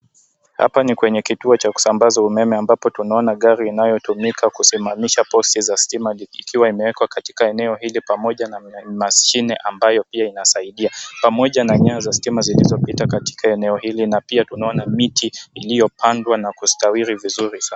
Hapa ni kwenye kituo cha kusambaza umeme, ambapo tunaona gari inayotumika kusimamisha posti za stima ,hadi dua imewekwa katika eneo hili pamoja na mashine, ambayo pia inasaidia. pamoja na nyaya za stima ,zilizopita katika eneo hilo na pia tunaona miti iliyopandwa na kustawiri vizuri sana .